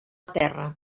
terra